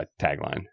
tagline